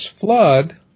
flood